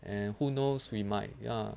and who knows we might ya